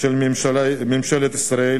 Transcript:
של ממשלת ישראל